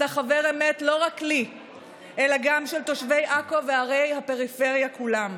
אתה חבר אמת לא רק לי אלא גם של תושבי עכו וערי הפריפריה כולן.